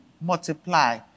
multiply